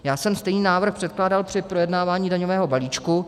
Já jsem stejný návrh předkládal při projednávání daňového balíčku.